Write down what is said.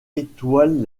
étoile